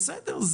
בסדר,